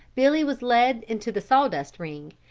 billy was led into the sawdust ring,